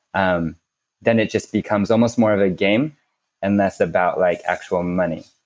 um then it just becomes almost more of a game and less about like actual money.